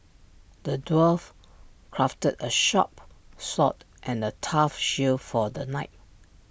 the dwarf crafted A sharp sword and A tough shield for the knight